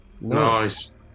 nice